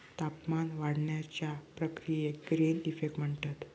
तापमान वाढण्याच्या या प्रक्रियेक ग्रीन इफेक्ट म्हणतत